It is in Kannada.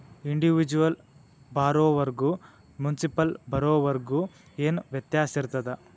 ಇಂಡಿವಿಜುವಲ್ ಬಾರೊವರ್ಗು ಮುನ್ಸಿಪಲ್ ಬಾರೊವರ್ಗ ಏನ್ ವ್ಯತ್ಯಾಸಿರ್ತದ?